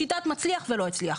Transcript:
שיטת מצליח ולא הצליח,